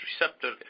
receptor